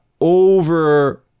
over